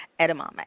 edamame